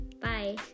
Bye